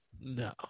no